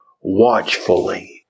watchfully